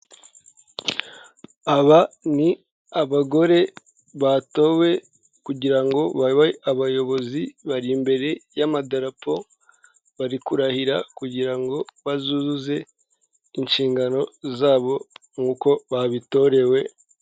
Aba ni abagore batowe kugira ngo babe abayobozi, bari imbere y'amadarapo, bari kurahira kugira ngo bazuze inshingano zabo nk'uko babitorewe.